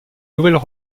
nouvelles